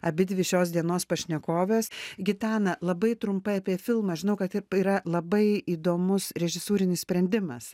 abidvi šios dienos pašnekovės gitana labai trumpai apie filmą žinau kad yra labai įdomus režisūrinis sprendimas